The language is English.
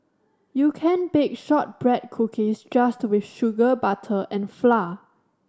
you can bake shortbread cookies just with sugar butter and flour